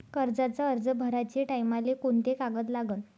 कर्जाचा अर्ज भराचे टायमाले कोंते कागद लागन?